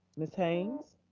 ms. haynes.